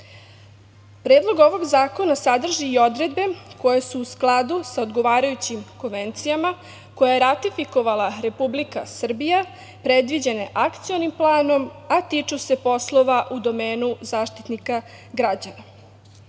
organa. Predlog ovog zakona sadrži i odredbe koje su u skladu sa odgovarajućim konvencijama koje je ratifikovala Republika Srbija, predviđene Akcionim planom, a tiču se poslova u domenu Zaštitnika građana. Prema